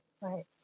right